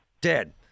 dead